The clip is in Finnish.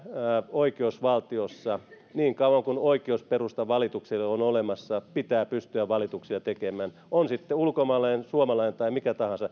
oikeusvaltiossa niin kauan kuin oikeusperusta valituksille on olemassa valituksia pitää pystyä tekemään on sitten ulkomaalainen suomalainen tai mikä tahansa